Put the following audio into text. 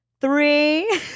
three